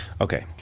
Okay